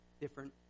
different